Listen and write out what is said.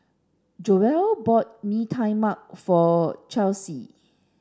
Joell bought Mee Tai Mak for Chelsi